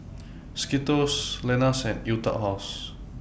Skittles Lenas and Etude House